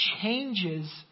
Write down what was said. changes